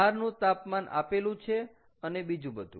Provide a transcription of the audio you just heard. બહારનું તાપમાન આપેલું છે અને બીજુ બધુ